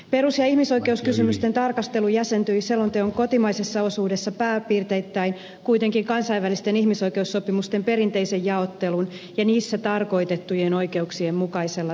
perus ja ihmisoikeuskysymysten tarkastelu jäsentyi selonteon kotimaisessa osuudessa pääpiirteittäin kuitenkin kansainvälisten ihmisoikeussopimusten perinteisen jaottelun ja sopimuksissa tarkoitettujen oikeuksien mukaisella tavalla